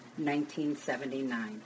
1979